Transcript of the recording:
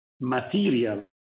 material